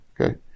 okay